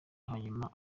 hanyuma